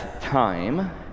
time